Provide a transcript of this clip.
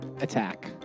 attack